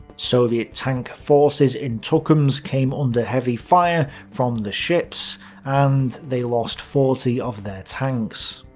soviet tank forces in tukums came under heavy fire from the ships and they lost forty of their tanks.